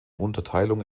unterteilung